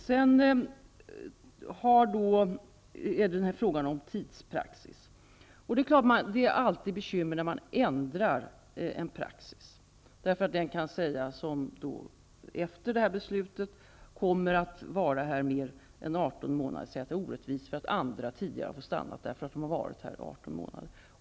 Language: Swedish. Så till frågan om tidspraxis. Det är självklart alltid bekymmer när praxis ändras. Efter det här beslutet kan den säga som kommer att vara här mer än 18 månader att det är orättvist. Andra har ju tidigare fått stanna, därför att de har varit här i 18 månader.